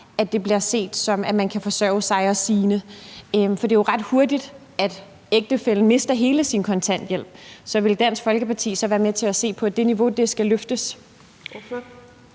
det det vurderes, at man kan forsørge sig og sine. For det er jo ret hurtigt, ægtefællen mister hele sin kontanthjælp. Så vil Dansk Folkeparti være med til at se på at løfte